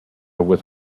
with